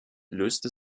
löste